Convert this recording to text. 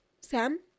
Sam